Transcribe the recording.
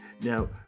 Now